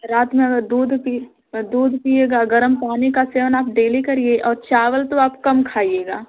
रात में दूध पी दूध पीएगा गर्म पानी का सेवन आप डेली करिए और चावल तो आप कम खाईयेगा